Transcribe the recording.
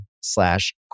slash